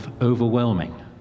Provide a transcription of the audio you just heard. overwhelming